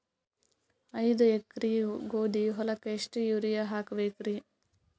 ಐದ ಎಕರಿ ಗೋಧಿ ಹೊಲಕ್ಕ ಎಷ್ಟ ಯೂರಿಯಹಾಕಬೆಕ್ರಿ?